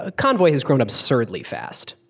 ah convoy has grown up sordidly fast.